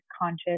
conscious